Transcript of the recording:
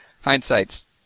hindsight's